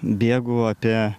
bėgu apie